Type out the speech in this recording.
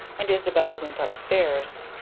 and isabel went upstairs.